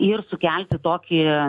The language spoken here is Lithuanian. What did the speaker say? ir sukelti tokį